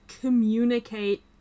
communicate